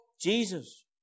Jesus